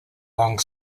long